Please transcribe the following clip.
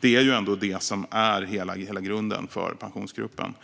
Det är ju ändå detta som är hela grunden för Pensionsgruppen,